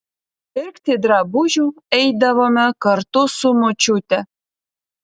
pirkti drabužių eidavome kartu su močiute